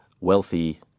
wealthy